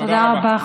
תודה רבה.